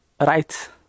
right